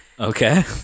Okay